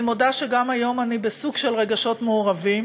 אני מודה שגם היום אני בסוג של רגשות מעורבים,